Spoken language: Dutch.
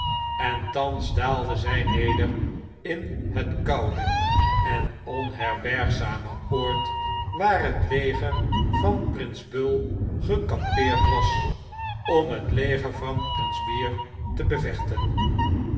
en thans daalde zy neder in het koude en onherbergzame oord waar het leger van prins bull gekampeerd was om het leger van prins bear tebevechten